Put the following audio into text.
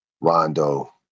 Rondo